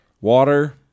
Water